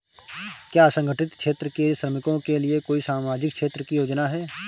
क्या असंगठित क्षेत्र के श्रमिकों के लिए कोई सामाजिक क्षेत्र की योजना है?